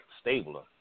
Stabler